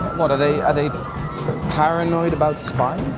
what? are they are they paranoid about spies?